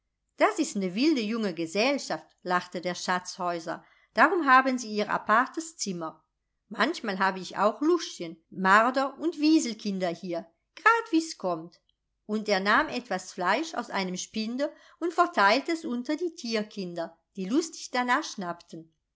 das ist ne wilde junge gesellschaft lachte der schatzhäuser darum haben sie ihr apartes zimmer manchmal habe ich auch luchschen marder und wieselkinder hier grade wie's kommt und er nahm etwas fleisch aus einem spinde und verteilte es unter die tierkinder die lustig danach schnappten